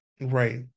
Right